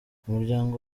umuryango